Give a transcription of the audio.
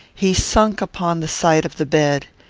he sunk upon the side of the bed.